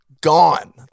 gone